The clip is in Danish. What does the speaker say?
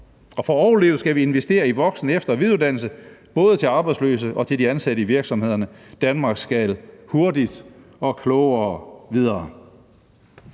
og for at overleve skal vi investere i voksen-, efter- og videreuddannelse, både til arbejdsløse og til de ansatte i virksomhederne. Danmark skal hurtigt og klogere videre.